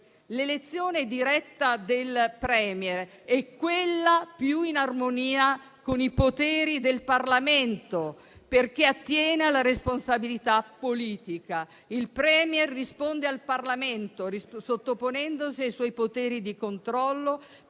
L'elezione diretta del *Premier* è quella più in armonia con i poteri del Parlamento, perché attiene alla responsabilità politica. Il *Premier* risponde al Parlamento, sottoponendosi ai suoi poteri di controllo,